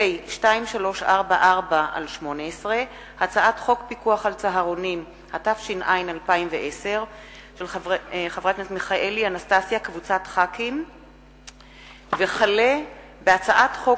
פ/2344/18 וכלה בהצעת חוק